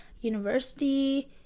university